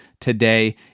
today